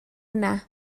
yna